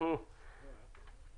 היום למרות שהתקן פורסם בשנת 2015 למעשה לא